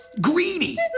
greedy